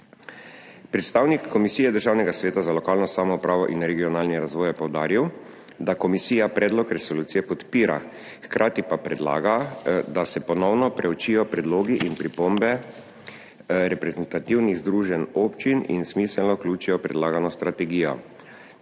Predstavnik Komisije Državnega sveta za lokalno samoupravo in regionalni razvoj je poudaril, da komisija predlog resolucije podpira, hkrati pa predlaga, da se ponovno preučijo predlogi in pripombe reprezentativnih združenj občin in smiselno vključijo v predlagano strategijo.